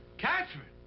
katherine!